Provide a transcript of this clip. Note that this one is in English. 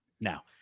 now